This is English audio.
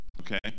Okay